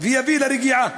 ויביא לרגיעה.